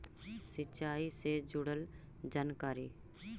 सिंचाई से जुड़ल जानकारी?